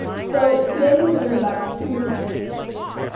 so, today we learned about two new text features.